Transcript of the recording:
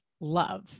love